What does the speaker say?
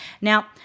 now